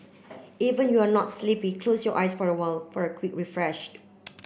even you are not sleepy close your eyes for a while for a quick refreshed